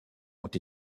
ont